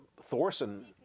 Thorson